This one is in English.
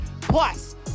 Plus